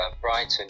Brighton